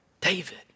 David